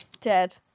Dead